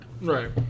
Right